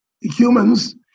humans